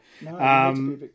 No